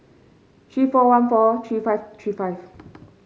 three four one four three five three five